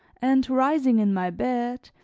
and, rising in my bed,